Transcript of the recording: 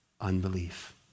unbelief